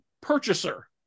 purchaser